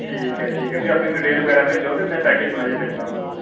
ठीक ऐ ठीक ऐ फ्ही अपनी डिटेल बगैरा भेजो ते में पैकेज बनाइयै भेजना थुहान्नूं